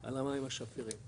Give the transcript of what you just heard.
על המים השפירים.